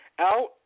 out